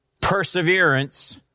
perseverance